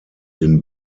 den